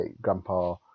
grandpa